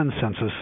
census